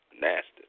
Nasty